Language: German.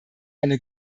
eine